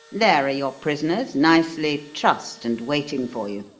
there are your prisoners nicely trussed and waiting for you.